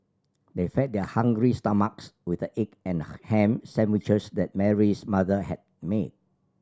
they fed their hungry stomachs with the egg and ham sandwiches that Mary's mother had made